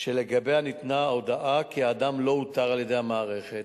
שלגביה ניתנה ההודעה שהאדם לא אותר על-ידי המערכת,